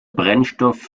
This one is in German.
brennstoff